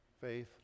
faith